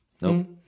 Nope